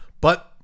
But-